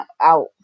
out